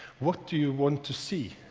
what do you want to see?